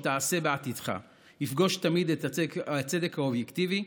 תעשה בעתידך יפגוש תמיד את הצדק האובייקטיבי,